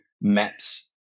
maps